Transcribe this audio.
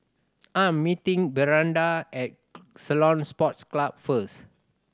I am meeting Brianda at Ceylon Sports Club first